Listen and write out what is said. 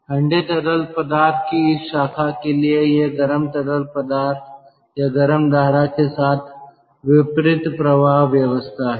ठंडे तरल पदार्थ की इस शाखा के लिए यह गर्म तरल पदार्थ या गर्म धारा के साथ विपरीत प्रवाह व्यवस्था है